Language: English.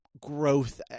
growth